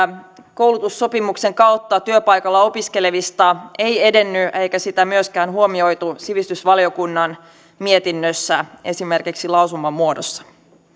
koulutussopimuksen kautta työpaikalla opiskelevista ei edennyt eikä sitä myöskään huomioitu sivistysvaliokunnan mietinnössä esimerkiksi lausuman muodossa